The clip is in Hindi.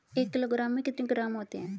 एक किलोग्राम में कितने ग्राम होते हैं?